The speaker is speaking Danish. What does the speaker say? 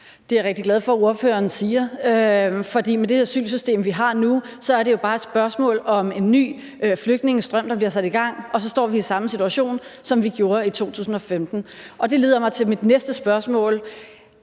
Det er jeg rigtig glad for ordføreren siger, for med det asylsystem, vi har nu, er det bare et spørgsmål om en ny flygtningestrøm, der bliver sat i gang, og så står vi i samme situation, som vi gjorde i 2015. Det leder mig til mit næste spørgsmål: